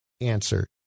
answer